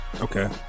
Okay